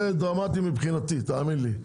זה דרמטי מבחינתי, תאמין לי.